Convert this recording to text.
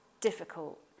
difficult